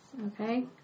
Okay